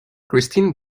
christine